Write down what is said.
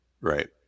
Right